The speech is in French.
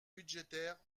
budgétaire